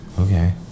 Okay